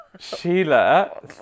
Sheila